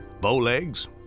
Bowlegs